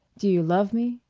do you love me?